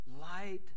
light